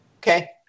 Okay